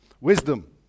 Wisdom